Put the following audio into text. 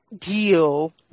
deal